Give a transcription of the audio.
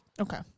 Okay